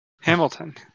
Hamilton